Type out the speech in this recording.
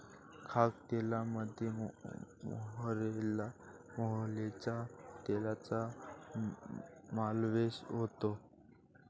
खाद्यतेलामध्ये मोहरीच्या तेलाचा समावेश होतो